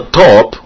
top